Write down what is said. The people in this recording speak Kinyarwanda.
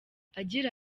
agira